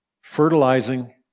Fertilizing